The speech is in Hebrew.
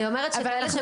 אני אומרת שברגע שהם